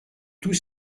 tous